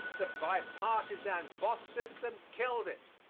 the bi-partisan boss system killed it.